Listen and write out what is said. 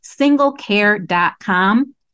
singlecare.com